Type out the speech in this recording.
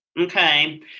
Okay